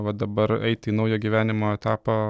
va dabar eiti į naują gyvenimo etapą